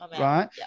Right